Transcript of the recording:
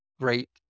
great